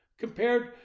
compared